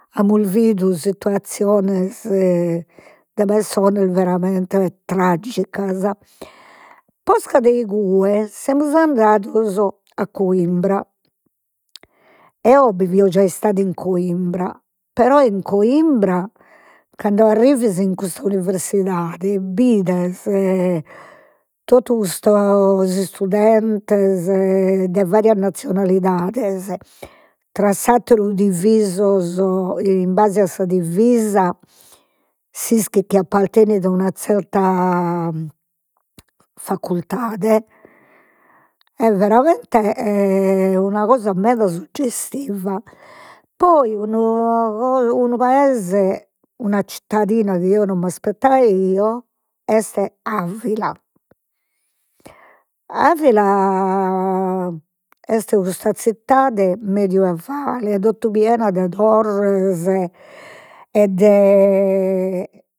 Amus bidu situazziones de pessonas veramente traggicas, posca de igue semus andados a Coimbra, eo bi fio già istada in Coimbra, però in Coimbra cando arrivis in custa universidade bides totu custos istudentes de varias nazzionalidades, tra s'atteru divisos in base a sa divisa, s'ischit chi appartenit a una zerta facurtade, est veramente una cosa meda suggestiva. Poi unu paese, una zittadina chi eo non mi aspettaio est Avila, Avila est custa zittade medioevale totu piena de turres e de